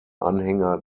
anhänger